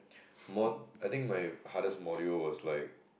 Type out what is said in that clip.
mod~ I think my hardest module was like